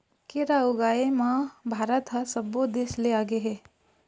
केरा ऊगाए म भारत ह सब्बो देस ले आगे हे